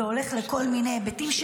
זה הולך לכל מיני היבטים.